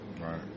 Right